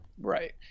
Right